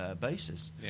basis